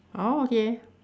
orh okay